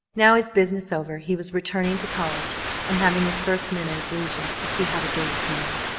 now, his business over, he was returning to college and having his first minute of leisure to see how the game came out.